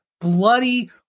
bloody